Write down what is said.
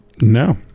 no